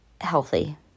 healthy